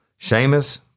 Seamus